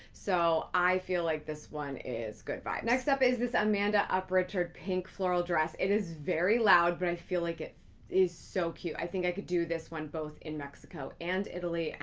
so i feel like this one is good vibes. next up is this amanda uprichard pink floral dress. it is very loud, but i feel like it is so cute. i think i could do this one both in mexico and italy,